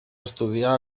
estudiar